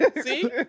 See